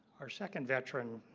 our second veteran